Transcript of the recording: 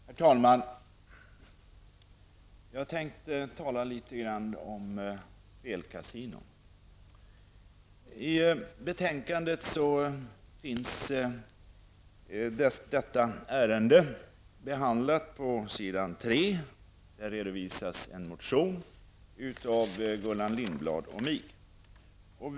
Herr talman! Jag avser att tala litet om spelkasinon. I betänkandet behandlas detta ärende på s. 3. Där redovisas en motion av Gullan Lindblad och mig.